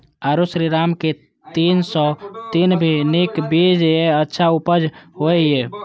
आरो श्रीराम के तीन सौ तीन भी नीक बीज ये अच्छा उपज होय इय?